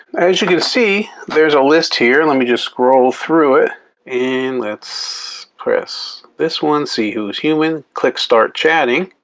as you can see, there's a list here. let me just scroll through it and let's press this one, see who's human. click start chatting.